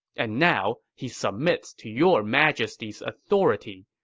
and now he submits to your majesty's authority,